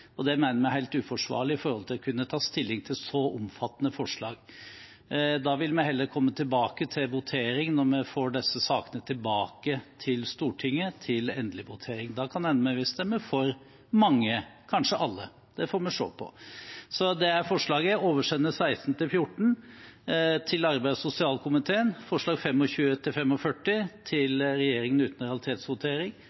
og det mener vi er helt uforsvarlig med hensyn til å kunne ta stilling til så omfattende forslag. Da vil vi heller komme tilbake til det når vi får disse sakene tilbake til Stortinget til endelig votering. Da kan det hende vi vil stemme for mange, kanskje alle. Det får vi se på. Så det er forslaget mitt: å oversende forslagene nr. 16–24 til arbeids- og sosialkomiteen og forslagene nr. 25–45 til